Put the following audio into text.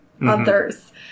Others